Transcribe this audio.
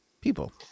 people